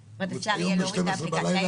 אפשר יהיה להוריד את האפליקציה.